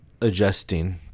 adjusting